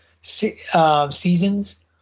seasons